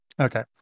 Okay